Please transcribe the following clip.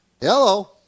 Hello